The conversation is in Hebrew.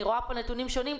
אני רואה כאן נתונים שונים,